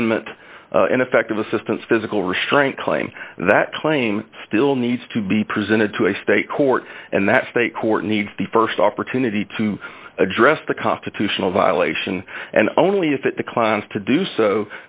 amendment ineffective assistance physical restraint claim that claim still needs to be presented to a state court and that state court needs the st opportunity to address the constitutional violation and only if it declines to do so